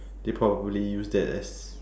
they probably use that as